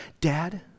Dad